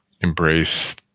Embrace